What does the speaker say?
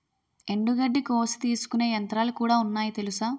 ఎండుగడ్డి కోసి తీసుకునే యంత్రాలుకూడా ఉన్నాయి తెలుసా?